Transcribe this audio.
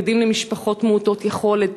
בגדים למשפחות מעוטות יכולת,